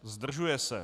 Zdržuje se.